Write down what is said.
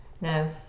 No